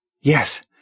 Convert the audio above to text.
Yes